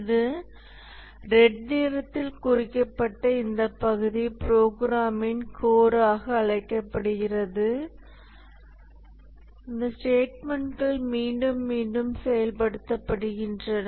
இது ரெட் நிறத்தில் குறிக்கப்பட்ட இந்த பகுதி ப்ரோக்ராமின் கோர் ஆக அழைக்கப்படுகிறது அந்த ஸ்டேட்மெண்ட்கள் மீண்டும் மீண்டும் செயல்படுத்தப்படுகின்றன